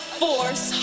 force